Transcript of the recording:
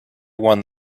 won